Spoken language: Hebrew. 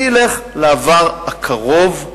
אני אלך לעבר הקרוב,